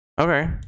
Okay